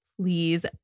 please